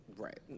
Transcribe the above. right